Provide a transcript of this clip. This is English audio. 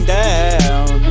down